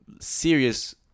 serious